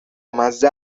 مزه